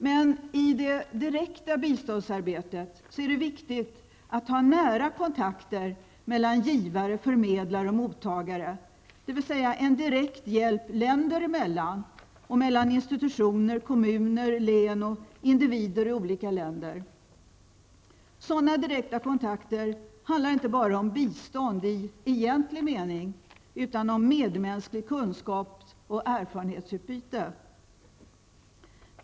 Men i det direkta biståndsarbetet är det viktigt med nära kontakter mellan givare, förmedlare och mottagare, dvs. med en direkt hjälp länder emellan och mellan institutioner, kommuner, län och individer i olika länder. Sådana direkta kontakter handlar inte bara om bistånd i egentlig mening utan om medmänskligt kunskaps och erfarenhetsutbyte.